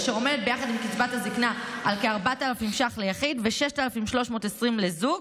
אשר עומדת ביחד עם קצבת הזקנה על כ-4,000 ש"ח ליחיד ו-6,320 ש"ח לזוג,